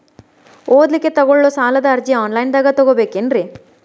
ಓದಲಿಕ್ಕೆ ತಗೊಳ್ಳೋ ಸಾಲದ ಅರ್ಜಿ ಆನ್ಲೈನ್ದಾಗ ತಗೊಬೇಕೇನ್ರಿ?